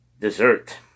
dessert